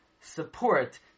support